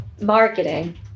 marketing